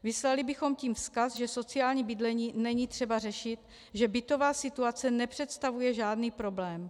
Vyslali bychom tím vzkaz, že sociální bydlení není třeba řešit, že bytová situace nepředstavuje žádný problém.